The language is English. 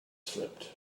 slipped